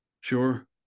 Sure